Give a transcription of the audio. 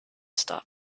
stop